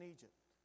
Egypt